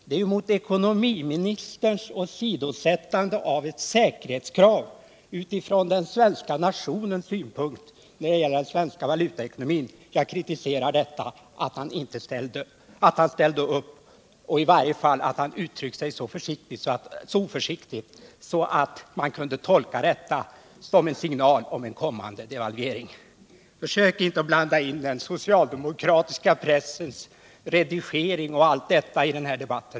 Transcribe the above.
Det är ju på grund av ekonomiministerns åsidosättande av ett säkerhetskrav från den svenska nationens synpunkt när det gäller den svenska valutaekonomin, som jag kritiserar att han ställde upp och uttryckte sig så oförsiktigt att man kunde tolka detta som en signal om en kommande devalvering. Försök inte blanda in den socialdemokratiska pressens redigering i denna debatt!